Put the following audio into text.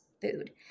Food